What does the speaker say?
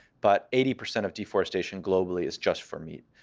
but eighty percent of deforestation globally is just for meat.